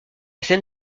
scène